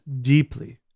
deeply